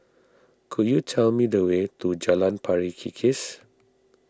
could you tell me the way to Jalan Pari Kikis